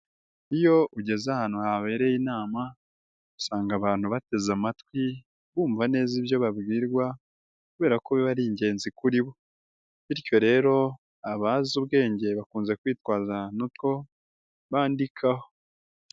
Iyo ugeze ahantu habereye inama, usanga abantu bateze amatwi bumva neza ibyo babwirwa kubera ko biba ari ingenzi kuri bo, bityo rero abazi ubwenge bakunze kwitwaza n'utwo bandikaho.